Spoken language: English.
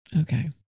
Okay